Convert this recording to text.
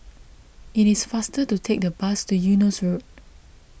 it is faster to take the bus to Eunos Road